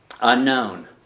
unknown